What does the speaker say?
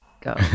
go